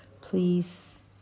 please